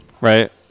Right